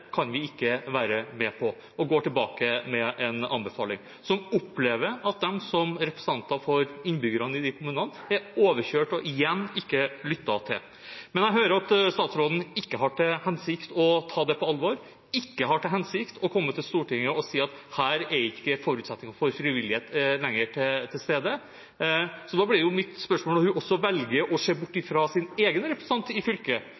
kan de ikke være med på, og går tilbake på en anbefaling, og som opplever at de som representanter for innbyggerne i de kommunene er overkjørt og igjen ikke er lyttet til. Men jeg hører at statsråden ikke har til hensikt å ta det på alvor, ikke har til hensikt å komme til Stortinget og si at her er ikke forutsetningene for frivillighet lenger til stede. Statsråden velger også å se bort fra sin egen representant i fylket, fylkesmannen, som fikk i